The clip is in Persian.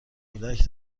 کودک